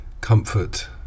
comfort